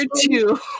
two